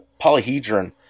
polyhedron